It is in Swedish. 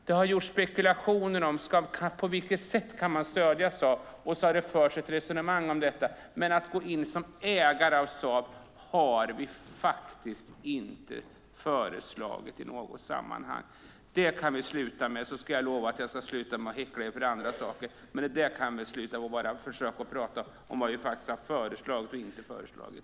Det har förekommit spekulationer om på vilket sätt man kan stödja Saab, och så har det förts ett resonemang om detta. Men att gå in som ägare av Saab har vi faktiskt inte föreslagit i något sammanhang. Det kan ni sluta med, så ska jag lova att jag ska sluta häckla er för andra saker. Men vi kan sluta med detta och försöka prata om vad vi faktiskt har föreslagit och inte föreslagit.